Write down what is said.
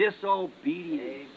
disobedience